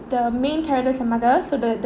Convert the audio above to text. the main character's a mother so the the